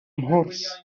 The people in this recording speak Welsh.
mhwrs